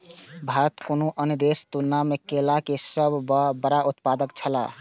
भारत कुनू अन्य देश के तुलना में केला के सब सॉ बड़ा उत्पादक छला